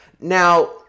Now